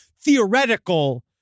theoretical